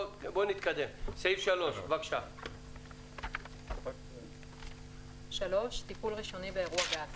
בבקשה, סעיף 3. טיפול ראשוני באירוע גז